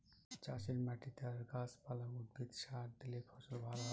চাষের মাটিতে আর গাছ পালা, উদ্ভিদে সার দিলে ফসল ভালো হয়